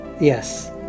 yes